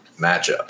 matchup